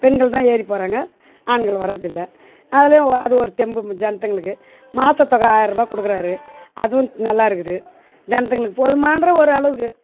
பெண்கள் தான் ஏறி போகிறாங்க ஆண்கள் வர்றதில்லை அதிலையும் ஓ அது ஒரு தெம்பு ஜனதுங்களுக்கு மாத தொகை ஆயரூபாய் கொடுக்கறாரு அதுவும் நல்லா இருக்குது ஜனதுங்களுக்கு போதுமான்ற ஒரு அளவுக்கு